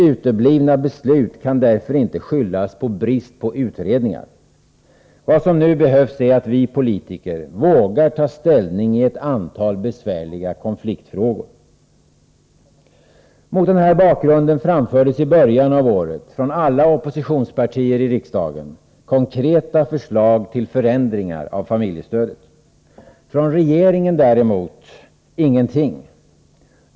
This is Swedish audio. Att beslut uteblivit kan därför inte skyllas på brist på utredningar. Vad som nu behövs är att vi politiker vågar ta ställning i ett antal besvärliga konfliktfrågor. Mot den här bakgrunden framfördes i början av året från alla oppositionspartier i riksdagen konkreta förslag till förändringar av familjestödet. Från regeringen kom däremot ingenting.